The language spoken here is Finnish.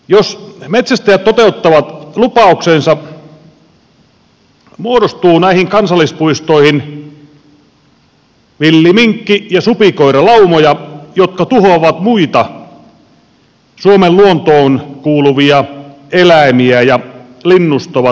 jos metsästäjät toteuttavat lupauksensa muodostuu näihin kansallispuistoihin villiminkki ja supikoiralaumoja jotka tuhoavat muita suomen luontoon kuuluvia eläimiä ja linnustoa tehokkaasti